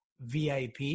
VIP